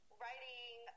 writing